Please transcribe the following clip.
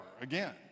again